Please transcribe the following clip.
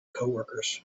coworkers